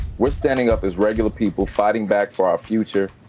we're standing up as regular people fighting back for our future,